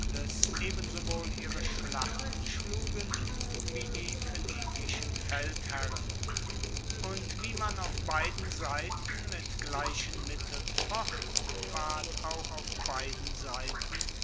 ebensowohl ihre schlachten schlugen wie die phoenikischen feldherren und wie man auf beiden seiten mit gleichen mitteln focht ward auch auf beiden seiten